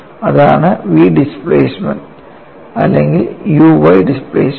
അതാണ് v displacement അല്ലെങ്കിൽ u y displacement